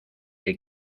que